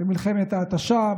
במלחמת ההתשה,